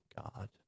God